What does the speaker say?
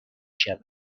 شود